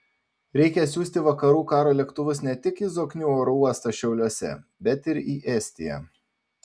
reikia siųsti vakarų karo lėktuvus ne tik į zoknių oro uostą šiauliuose bet ir į estiją